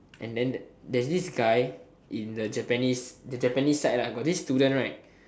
and then there's this guy in the japanese the japanese side lah got this student right